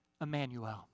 Emmanuel